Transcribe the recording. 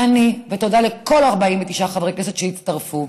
אני וכל 49 חברי הכנסת, ותודה, שהצטרפו?